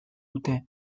dute